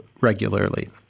regularly